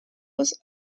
was